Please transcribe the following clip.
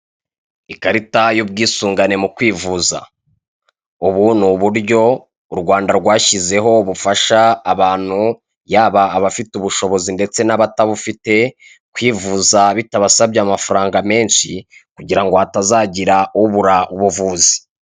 Ikarita y'ubwisungane mu kwivuza. Ubu ni uburyo u Rwanda rwashyizeho bufasha abantu yaba abafite ubushobozi ndetse nabatabufite kwivuza bitabasabye amafaranga menshi kugira ngo hatazagira ubura ubuvuzi.